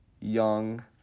young